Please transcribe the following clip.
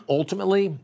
ultimately